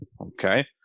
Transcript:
okay